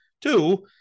Two